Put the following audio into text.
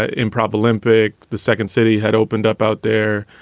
ah improv, olympic. the second city had opened up out there.